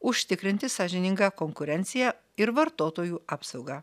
užtikrinti sąžiningą konkurenciją ir vartotojų apsaugą